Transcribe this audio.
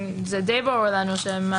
זה די ברור לנו שמה